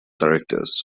directors